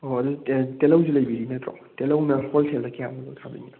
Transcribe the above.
ꯑꯣ ꯑꯣ ꯑꯗꯨꯗꯤ ꯇꯤꯜꯍꯧꯁꯨ ꯂꯩꯕꯤꯔꯤ ꯅꯠꯇ꯭ꯔꯣ ꯇꯤꯜꯍꯧꯅ ꯍꯣꯜꯁꯦꯜꯗ ꯀꯌꯥꯃꯨꯛ ꯊꯥꯕꯤꯔꯤꯅꯣ